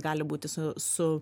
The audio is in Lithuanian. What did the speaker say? gali būti su su